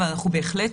אבל אנחנו בהחלט